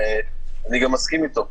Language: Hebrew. ואני גם מסכים איתו.